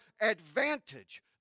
advantage